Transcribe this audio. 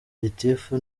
gitifu